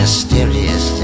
Mysterious